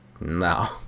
No